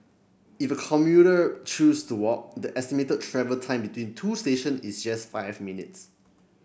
if a commuter choose to walk the estimated travel time between two station is just five minutes